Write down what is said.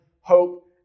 hope